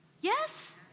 Yes